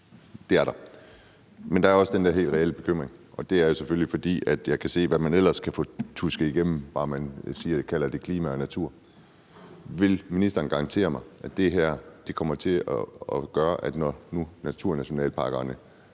Det er der, men der er også den der helt reelle bekymring, og det er jo selvfølgelig, fordi jeg kan se, hvad man ellers kan få tusket igennem, bare man kalder det klima og natur. Vil ministeren garantere mig, at det her kommer til at gøre, at jeg, når nu naturnationalparkerne